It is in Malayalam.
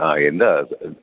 ആ എന്താ അത്